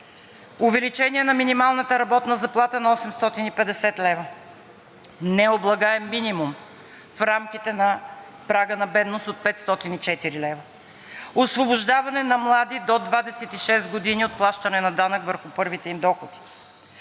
увеличение на минималната работна заплата на 850 лв., необлагаем минимум в рамките на прага на бедност от 504 лв., освобождаване на млади – до 26 години, от плащане на данък върху първите им доходи,